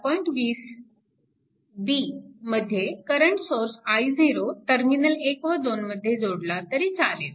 20 b मध्ये current source i0 terminal 1 व 2 मध्ये जोडला तरी चालेल